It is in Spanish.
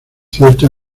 cierto